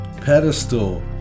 Pedestal